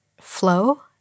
flow